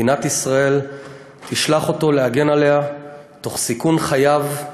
מדינת ישראל תשלח אותו להגן עליה תוך סיכון חייו,